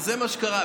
אז זה מה שקרה.